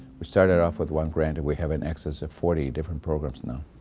we started off with one grant and we have an excess of forty different programs now.